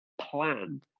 plan